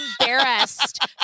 embarrassed